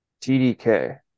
TDK